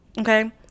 okay